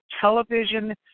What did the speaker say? television